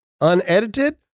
Unedited